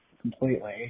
completely